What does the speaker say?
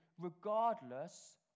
regardless